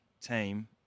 team